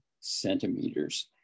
centimeters